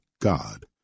God